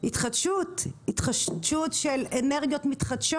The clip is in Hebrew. התחדשות, התחדשות של אנרגיות מתחדשות.